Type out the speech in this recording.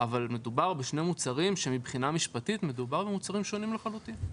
אבל מדובר בשני מוצרים שמבחינה משפטית הם מוצרים שונים לחלוטין.